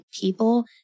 people